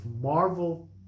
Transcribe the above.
Marvel